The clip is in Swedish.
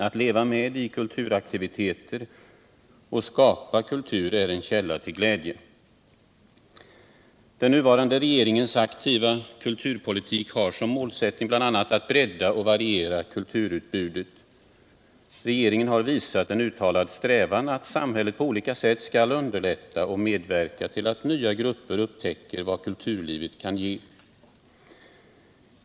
Att leva med i kulturaktiviteter och skapa kultur är en källa till glädje. Den nuvarande regeringens aktiva kulturpolitik har som målsättning bl.a. att bredda och variera kulturutbudet. Regeringen har visat en uttalad strävan att samhället på olika sätt skall underlätta och medverka till att nya grupper upptäcker vad kulturlivet kan ge.